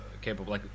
capable